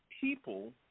people